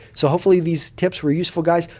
so hopefully these tips were useful, guys.